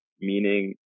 meaning